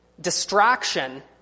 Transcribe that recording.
distraction